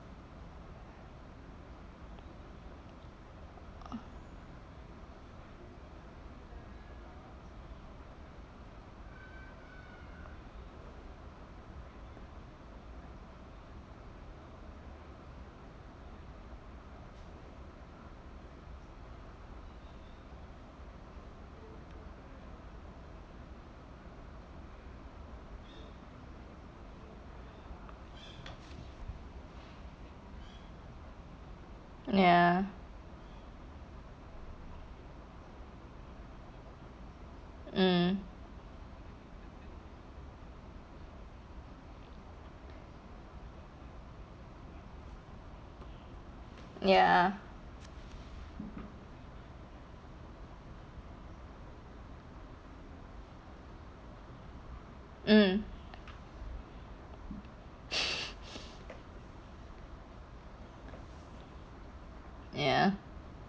uh ya mm ya mm ya